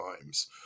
times